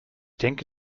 denke